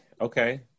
okay